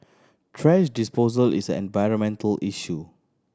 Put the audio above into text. thrash disposal is an environmental issue